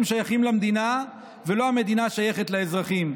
שייכים למדינה ולא המדינה שייכת לאזרחים.